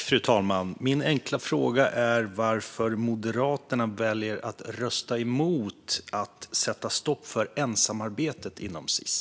Fru talman! Min enkla fråga är varför Moderaterna väljer att rösta emot att sätta stopp för ensamarbetet inom Sis.